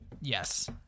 Yes